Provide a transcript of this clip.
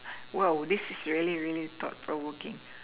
this is really really thought provoking